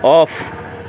off